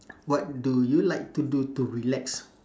what do you like to do to relax